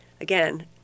again